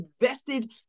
invested